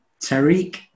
Tariq